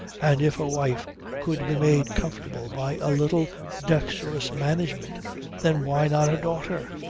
and if a wife could be made comfortable by a little dexterous management then why not a daughter?